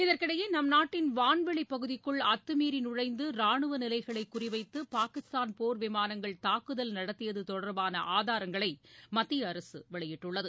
இதற்கிடையே நம் நாட்டின் வாளிவெளிப்பகுதிக்குள் அத்துமீறி நுழைந்து ரானுவ நிலைகளை குறிவைத்து பாகிஸ்தான் போர் விமானங்கள் தாக்குதல் நடத்தியது தொடர்பான ஆதாரங்களை மத்திய அரசு வெளியிட்டுள்ளது